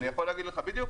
אני יכול להגיד לך בדיוק.